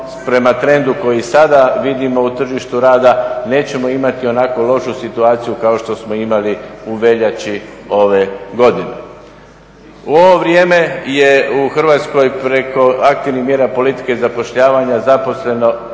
prema trendu koji sada vidimo u tržištu rada, nećemo imati onako lošu situaciju kao što smo imali u veljači ove godine. U ovo vrijeme je u Hrvatskoj preko aktivnih mjera politike zapošljavanja zaposleno